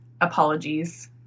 apologies